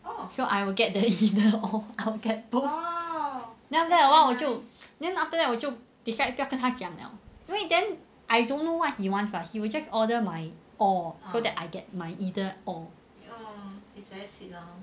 so I will get the either or I will just get both then after that 我就 decide 不要跟他讲 liao 因为 then I don't know what he wants [what] he will just order my or so I get my either or